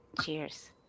Cheers